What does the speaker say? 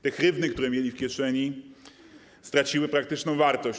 Te hrywny, które mieli w kieszeni, straciły praktyczną wartość.